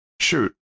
Shoot